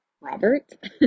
Robert